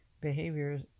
behaviors